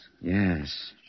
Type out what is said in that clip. Yes